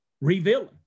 revealing